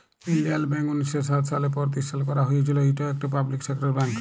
ইলডিয়াল ব্যাংক উনিশ শ সাত সালে পরতিষ্ঠাল ক্যারা হঁইয়েছিল, ইট ইকট পাবলিক সেক্টর ব্যাংক